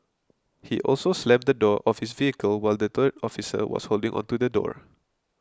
he also slammed the door of his vehicle while the third officer was holding onto the door